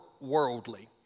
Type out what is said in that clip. worldly